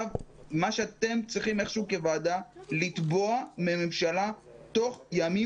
מה שאתם צריכים איכשהו כוועדה זה לתבוע מהממשלה לךבוא תוך ימים